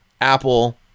Apple